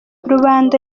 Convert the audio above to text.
rubanda